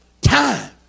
time